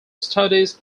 studies